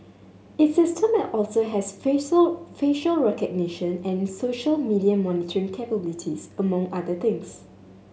its system also has facial recognition and social media monitoring capabilities among other things